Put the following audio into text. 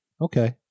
Okay